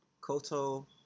Koto